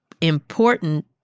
important